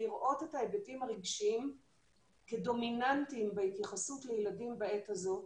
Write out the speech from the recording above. כדי לראות את ההיבטים הרגשיים כדומיננטיים בהתייחסות לילדים בעת הזאת.